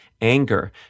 anger